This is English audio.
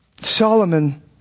Solomon